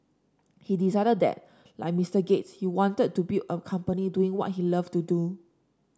he decided that like Mister Gates he wanted to build a company doing what he loved to do